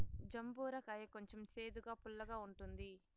జంబూర కాయ కొంచెం సేదుగా, పుల్లగా ఉంటుంది